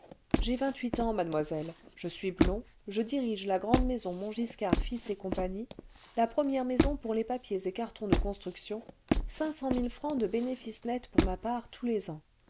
j'ai vingt-huit ans mademoiselle je suis blond je dirige la grande maison montgiscard fils et cîe la première maison pour les papiers et cartons de construction cinq cent mille francs de bénéfices nets pour ma part tous les ans